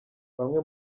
bamwe